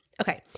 Okay